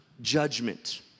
judgment